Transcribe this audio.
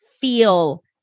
feel